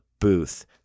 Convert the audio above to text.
booth